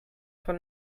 von